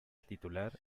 titular